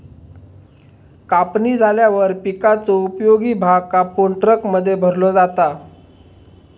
कापणी झाल्यावर पिकाचो उपयोगी भाग कापून ट्रकमध्ये भरलो जाता